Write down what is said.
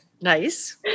Nice